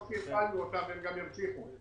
כמו שהתחלנו אותן, הם גם ימשיכו.